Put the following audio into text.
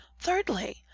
Thirdly